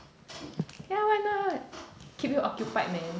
ya why not keep you occupied man